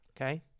okay